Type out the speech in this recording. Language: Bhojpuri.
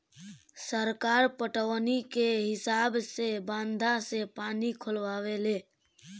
सरकार पटौनी के हिसाब से बंधा से पानी खोलावे ले